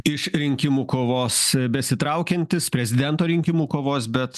iš rinkimų kovos besitraukiantis prezidento rinkimų kovos bet